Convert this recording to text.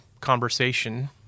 conversation